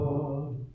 Lord